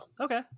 okay